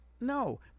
no